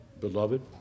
beloved